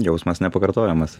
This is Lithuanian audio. jausmas nepakartojamas